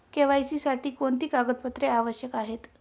KYC साठी कोणती कागदपत्रे आवश्यक आहेत?